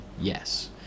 yes